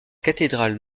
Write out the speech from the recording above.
cathédrale